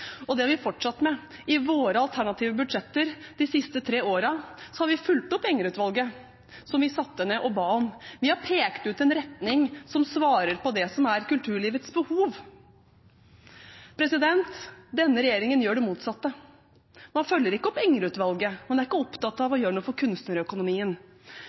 og det har vi fortsatt med. I våre alternative budsjetter de siste tre årene har vi fulgt opp Enger-utvalget, som vi satte ned og ba om. Vi har pekt ut en retning som svarer på det som er kulturlivets behov. Denne regjeringen gjør det motsatte. Man følger ikke opp Enger-utvalget, man er ikke opptatt av